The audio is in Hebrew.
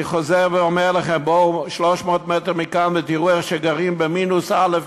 אני חוזר ואומר לכם: בואו 300 מטר מכאן ותראו איך גרים במינוס א',